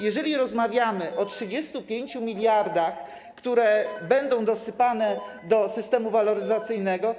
Jeżeli rozmawiamy o 35 mld, które będą dosypane do systemu waloryzacyjnego.